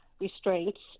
restraints